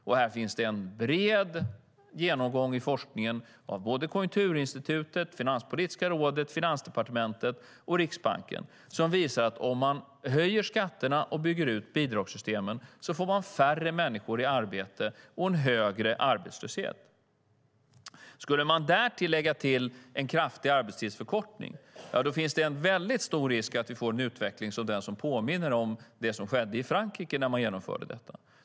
Det finns en bred genomgång av forskningen från Konjunkturinstitutet, Finanspolitiska rådet, Finansdepartementet och Riksbanken som visar att om man höjer skatterna och bygger ut bidragssystemen får man färre människor i arbete och en högre arbetslöshet. Skulle man därtill lägga en kraftig arbetstidsförkortning finns det mycket stor risk för att vi får en utveckling som påminner om det skedde i Frankrike när man genomförde detta.